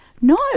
No